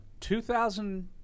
2000